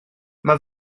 mae